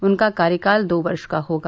उनका कार्यकाल दो वर्ष का होगा